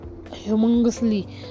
humongously